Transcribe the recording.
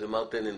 זה מר טננבוים